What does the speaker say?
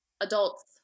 adults